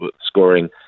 scoring